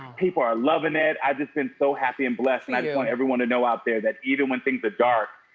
people are loving it. i just been so happy and blessed and i just want everyone to know out there that even when things are dark,